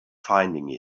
finding